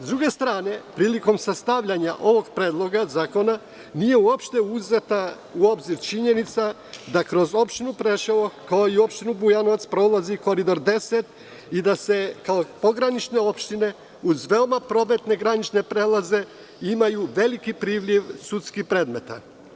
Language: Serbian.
S druge strane, prilikom sastavljanja ovog predloga zakona nije uopšte uzeta u obzir činjenica da kroz opštinu Preševo, kao i opštinu Bujanovac prolazi Koridor 10 i da se kao pogranične opštine, uz veoma prometne granične prelaze imaju veliki priliv sudskih predmeta.